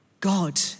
God